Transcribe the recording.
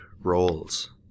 roles